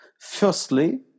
Firstly